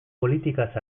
politikaz